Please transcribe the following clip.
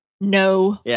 No